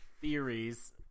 theories